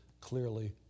clearly